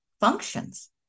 functions